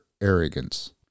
arrogance